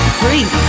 free